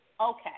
Okay